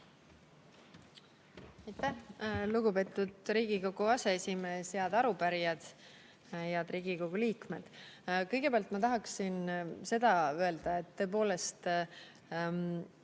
Lugupeetud Riigikogu aseesimees! Head arupärijad! Head Riigikogu liikmed! Kõigepealt ma tahan seda öelda, et tõepoolest